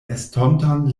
estontan